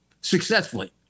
successfully